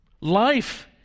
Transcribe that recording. Life